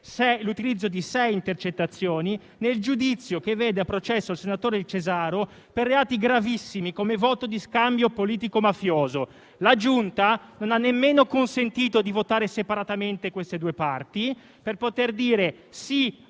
l'utilizzo di sei intercettazioni nel giudizio che vede a processo il senatore Cesaro per reati gravissimi, come il voto di scambio politico-mafioso. La Giunta non ha nemmeno consentito di votare separatamente queste due parti, per poter dire sì